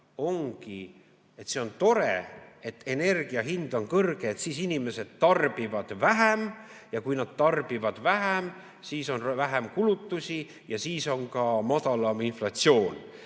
ongi, et on tore, kui energia hind on kõrge, sest siis inimesed tarbivad vähem ja kui nad tarbivad vähem, siis on vähem kulutusi ja siis on ka madalam inflatsioon.